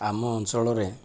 ଆମ ଅଞ୍ଚଳରେ